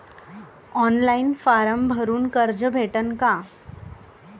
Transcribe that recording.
Online form भरून कर्ज भेटन का?